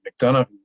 McDonough